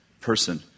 person